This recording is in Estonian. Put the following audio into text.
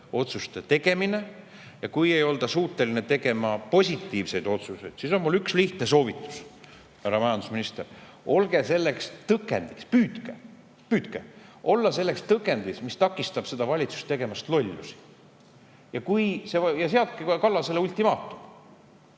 otsuste tegemine. Ja kui ei olda suuteline tegema positiivseid otsuseid, siis on mul üks lihtne soovitus, härra majandusminister. Olge selleks tõkendiks, püüdke olla selleks tõkendiks, mis takistab seda valitsust tegemast lollusi. Ja seadke Kallasele ultimaatum.